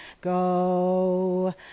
go